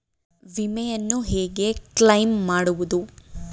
ವಿಮೆಯನ್ನು ಹೇಗೆ ಕ್ಲೈಮ್ ಮಾಡುವುದು?